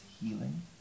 healing